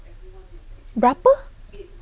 berapa